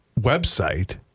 website